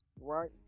right